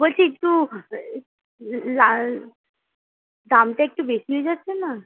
বলছি একটু লাল দামটা একটু বেশি হয়ে যাচ্ছে না